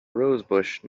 rosebush